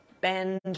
bend